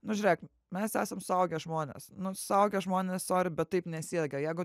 nu žiūrėk mes esam suaugę žmonės nu suaugę žmonės sori bet taip nesijuokia jeigu